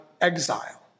exile